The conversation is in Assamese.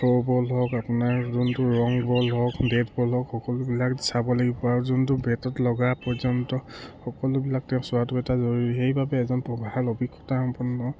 থ্ৰ' বল হওক আপোনাৰ যোনটো ৰং বল হওক বেট বল হওক সকলোবিলাক চাব লাগিব আৰু যোনটো বেটত লগা পৰ্যন্ত সকলোবিলাক তেওঁ চোৱাটো এটা জৰুৰী সেইবাবে এজন প্ৰভাৱ অভিজ্ঞতা সম্পন্ন